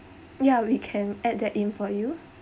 ya we can add that in for you